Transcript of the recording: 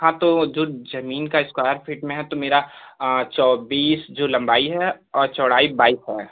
हाँ तो जो जमीन का इस्क्वायर फिट में है तो मेरा चौबीस जो लंबाई है और चौड़ाई बाईस है